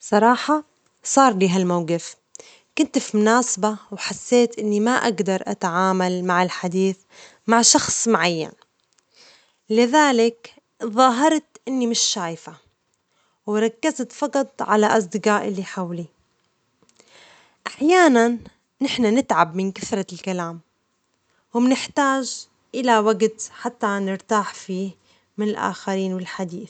صراحة، صار لي هالموقف ،كنت في مناسبة وحسيت إني ما أجدر أتعامل مع الحديث مع شخص معين، لذلك تظاهرت إني مش شايفة، وركزت فجط على أصدجائي اللي حولي، أحيانًا، نحن نتعب من كثرة الكلام ونحتاج إلى وجت حتى نرتاح فيه من الآخرين والحديث.